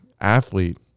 athlete